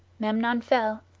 memnon fell,